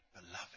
beloved